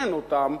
לתקן אותן,